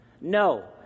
No